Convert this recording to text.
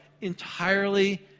entirely